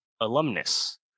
alumnus